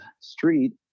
street